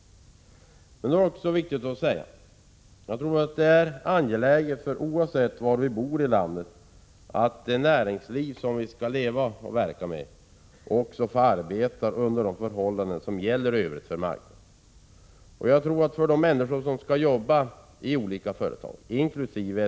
Det är också viktigt att framhålla att oavsett var vi bor i landet är det angeläget för oss att det näringsliv som vi skall leva på och verka med får arbeta under de förhållanden som gäller i övrigt på marknaden. För de människor som skall jobba i olika företag, inkl.